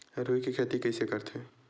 रुई के खेती कइसे करथे?